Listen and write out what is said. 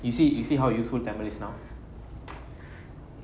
you see you see how useful tamil is now